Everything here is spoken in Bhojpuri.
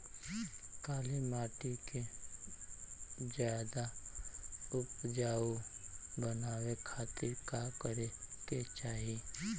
काली माटी के ज्यादा उपजाऊ बनावे खातिर का करे के चाही?